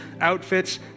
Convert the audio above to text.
outfits